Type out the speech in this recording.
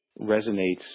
resonates